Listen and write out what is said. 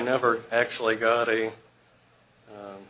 never actually got a